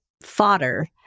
fodder